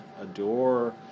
adore